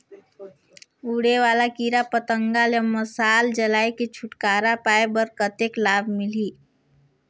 उड़े वाला कीरा पतंगा ले मशाल जलाय के छुटकारा पाय बर कतेक लाभ मिलही?